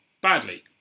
badly